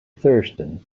thurston